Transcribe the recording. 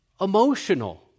emotional